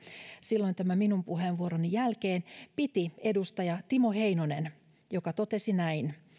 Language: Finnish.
silloin tämän minun puheenvuoroni jälkeen piti edustaja timo heinonen joka totesi näin